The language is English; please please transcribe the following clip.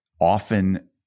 Often